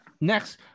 Next